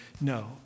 no